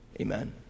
Amen